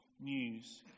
news